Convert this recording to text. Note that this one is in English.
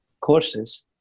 courses